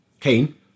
Kane